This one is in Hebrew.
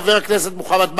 חבר הכנסת מוחמד ברכה.